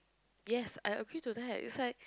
yes I okay to that is like